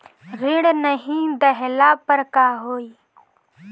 ऋण नही दहला पर का होइ?